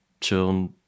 chill